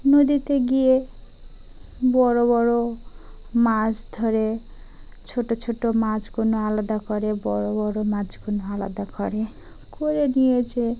নদীতে গিয়ে বড়ো বড়ো মাছ ধরে ছোটো ছোটো মাছ কোনো আলাদা করে বড়ো বড়ো মাছ কোনো আলাদা করে করে নিয়েছে